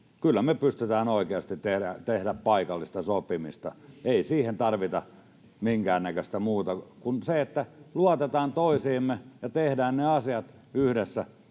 kyllä me pystytään oikeasti tekemään paikallista sopimista. Ei siihen tarvita minkäännäköistä muuta kuin se, että luotetaan toisiimme ja tehdään ne asiat yhdessä.